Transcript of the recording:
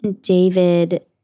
David